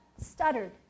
stuttered